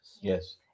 Yes